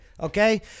Okay